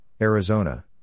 Arizona